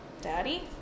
daddy